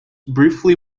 briefly